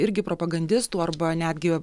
irgi propagandistų arba netgi